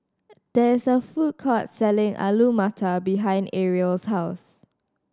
there is a food court selling Alu Matar behind Arielle's house